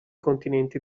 continenti